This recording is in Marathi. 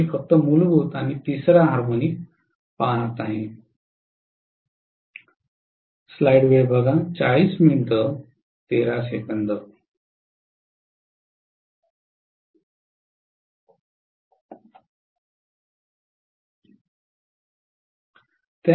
मी फक्त मूलभूत आणि तिसरा हार्मोनिक पहात आहे